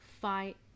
fight